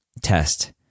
test